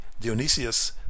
Dionysius